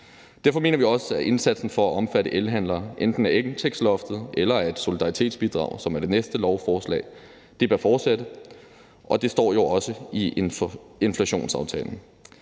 Derfor mener vi også, at indsatsen for at omfatte elhandlere af enten indtægtsloftet eller af et solidaritetsbidrag, som er i det næste lovforslag, bør fortsætte, og det står jo også i inflationsaftalen.